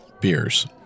beers